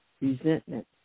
resentment